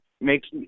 makes